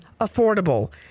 Affordable